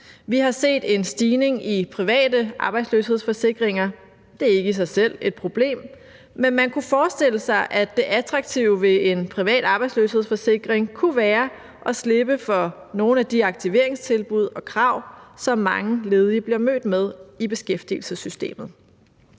Vi har set en stigning i private arbejdsløshedsforsikringer. Det er ikke i sig selv et problem, men man kunne forestille sig, at det attraktive ved en privat arbejdsløshedsforsikring kunne være at slippe for nogle af de aktiveringstilbud og krav, som mange ledige bliver mødt med i beskæftigelsessystemet.